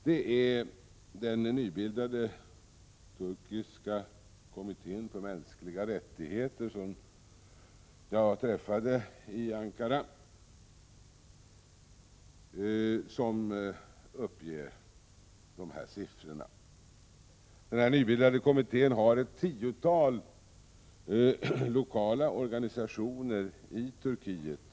Det är den nybildade turkiska kommittén för mänskliga rättigheter, som jag träffade i Ankara, som uppger dessa siffror. Denna nybildade kommitté har ett tiotal lokala organisationer i Turkiet.